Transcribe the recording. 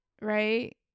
right